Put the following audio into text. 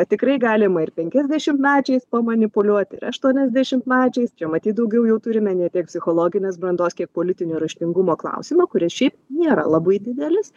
tikrai galima ir penkiasdešimtmečiais pamanipuliuot ir aštuoniasdešimtmečiais čia matyt daugiau jau turime ne tiek psichologinės brandos kiek politinio raštingumo klausimą kuris šiaip nėra labai didelis